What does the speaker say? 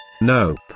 Nope